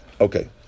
Okay